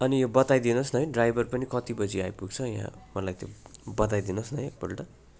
अनि यो बताइदिनु होस् न है ड्राइभर पनि कति बजी आइपुग्छ यहाँ मलाई त्यो बताइदिनु होस् न है एक पल्ट